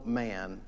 man